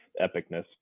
epicness